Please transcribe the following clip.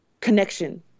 connection